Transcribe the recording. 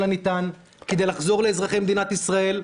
הניתן כדי לחזור לאזרחי מדינת ישראל,